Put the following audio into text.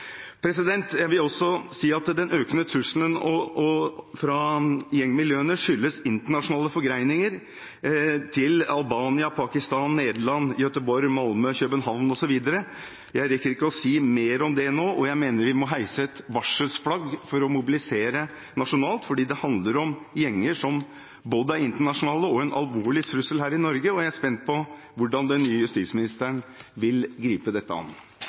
Jeg vil også si at den økende trusselen fra gjengmiljøene skyldes internasjonale forgreninger til Albania, Pakistan, Nederland, Göteborg, Malmø, København og så videre. Jeg rekker ikke å si mer om det nå, men jeg mener vi må heise et varselflagg for å mobilisere nasjonalt, for det handler om gjenger som både er internasjonale og en alvorlig trussel her i Norge. Jeg er spent på hvordan den nye justisministeren vil gripe dette an.